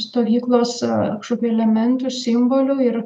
stovyklos kažkokių elementų simbolių ir